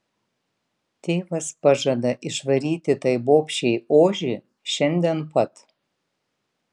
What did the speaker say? tėvas pažada išvaryti tai bobšei ožį šiandien pat